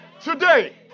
today